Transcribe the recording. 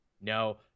no